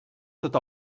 tot